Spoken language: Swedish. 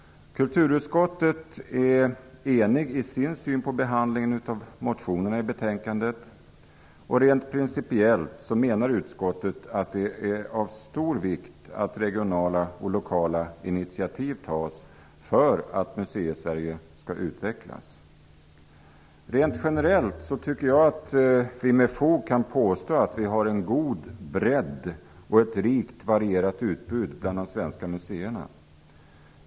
Kulturutskottet är i betänkandet enigt i sin syn på behandlingen av motionerna. Rent principiellt menar utskottet att det är av stor vikt att regionala och lokala initiativ tas för att Museisverige skall utvecklas. Rent generellt anser jag att vi med fog kan påstå att vi har en god bredd och ett rikt varierat utbud bland de svenska museerna.